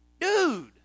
Dude